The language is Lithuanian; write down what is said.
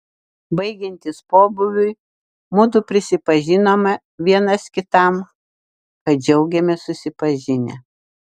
baigiantis pobūviui mudu prisipažinome vienas kitam kad džiaugėmės susipažinę